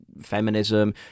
feminism